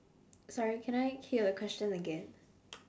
sorry can I hear the question again